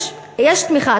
יש תמיכה,